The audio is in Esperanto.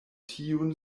tiun